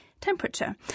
Temperature